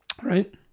Right